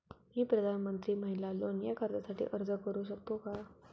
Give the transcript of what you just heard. मी प्रधानमंत्री महिला लोन या कर्जासाठी अर्ज करू शकतो का?